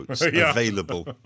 available